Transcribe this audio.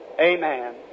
Amen